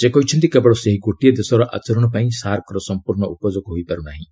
ସେ କହିଛନ୍ତି କେବଳ ସେହି ଗୋଟିଏ ଦେଶର ଆଚରଣ ପାଇଁ ସାର୍କର ସମ୍ପର୍ଣ୍ଣ ଉପଯୋଗ ହୋଇପାରୁ ନାହିଁ